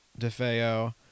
DeFeo